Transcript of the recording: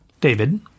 David